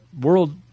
world